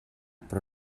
però